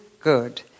good